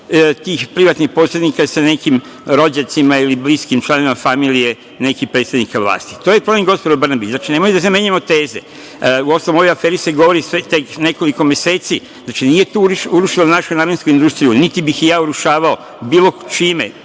vezi tih posrednika sa nekim rođacima ili bliskim članovima familije nekih predsednika vlasti. To je problem, gospođo Brnabić. Znači, nemoj da menjamo teze. Uostalom, u ovoj aferi se govori tek nekoliko meseci, znači nije to urušilo našu namensku industriju, niti bih je ja urušavao bilo čime,